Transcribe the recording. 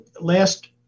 last